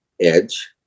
edge